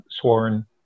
sworn